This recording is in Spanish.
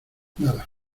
nada